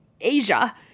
Asia